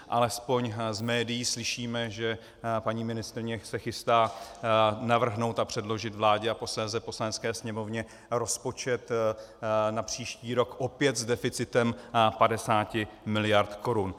Alespoň z médií slyšíme, že paní ministryně se chystá navrhnout a předložit vládě a posléze Poslanecké sněmovně rozpočet na příští rok opět s deficitem 50 miliard korun.